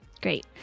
Great